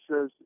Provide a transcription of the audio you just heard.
says